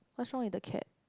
what wrong with the cat